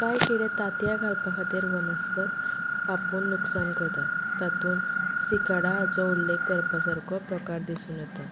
कांय किडे तांतयां घालपा खातीर वनस्पत आपून नुकसान करतात तातून सिकाडा हाचो उल्लेख करपा सारको प्रकार दिसून येता